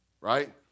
right